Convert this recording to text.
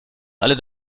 alle